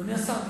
אדוני השר,